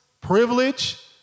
privilege